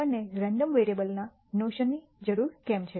આપણને રેન્ડમ વેરિયેબલના નોશન ની જરૂર કેમ છે